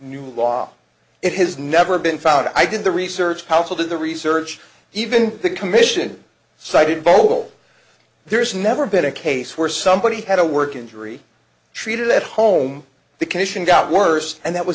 new law it has never been found i did the research council did the research even the commission cited poll there's never been a case where somebody had a work injury treated at home the condition got worse and that was